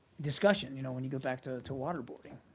discussion, you know when you go back to to waterboarding.